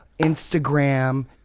Instagram